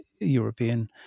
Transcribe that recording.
European